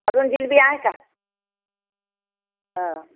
अजून जिलबी आहे का हां